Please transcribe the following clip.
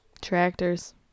tractors